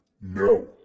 No